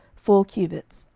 four cubits.